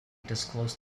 disclosed